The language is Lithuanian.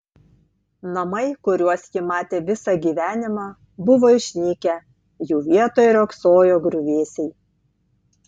namai kuriuos ji matė visą gyvenimą buvo išnykę jų vietoj riogsojo griuvėsiai